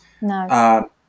No